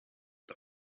the